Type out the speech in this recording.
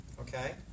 Okay